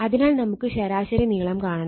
അതിനാൽ നമുക്ക് ശരാശരി നീളം കാണണം